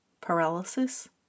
paralysis